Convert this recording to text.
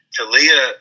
Talia